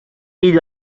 fill